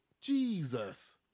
Jesus